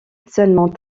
seulement